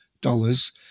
dollars